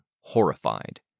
horrified